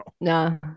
no